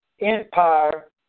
empire